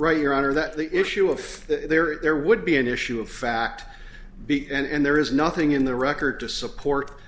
right your honor that the issue if there is there would be an issue of fact b and there is nothing in the record to support